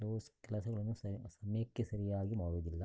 ಕೆಲವು ಕೆಲಸಗಳನ್ನು ಸಮಯಕ್ಕೆ ಸರಿಯಾಗಿ ಮಾಡುವುದಿಲ್ಲ